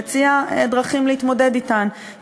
והיא הציעה דרכים להתמודד עם המצב הזה.